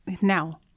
now